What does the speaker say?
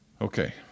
Okay